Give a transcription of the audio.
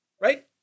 Right